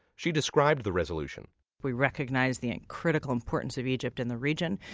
she described the resolution we recognize the and critical importance of egypt in the region.